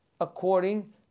according